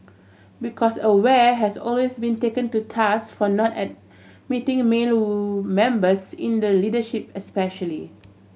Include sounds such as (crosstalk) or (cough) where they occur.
because Aware has always been taken to task for not admitting male (unintelligible) members in the leadership especially